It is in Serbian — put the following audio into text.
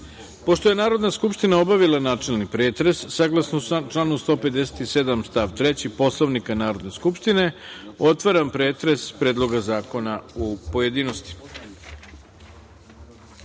je Narodna skupština obavila načelni pretres, saglasno članu 157. stav 3. Poslovnika Narodne skupštine, otvaram pretres Predloga zakona u pojedinostima. Na